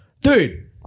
dude